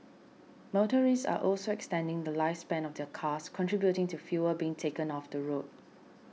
motorists are also extending the lifespan of their cars contributing to fewer being taken off the road